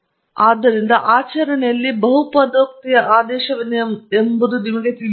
ಆದ್ದರಿಂದ ಆಚರಣೆಯಲ್ಲಿ ಬಹುಪದೋಕ್ತಿಯ ಆದೇಶವೇನು ಎಂಬುದು ನಮಗೆ ತಿಳಿದಿದೆಯೇ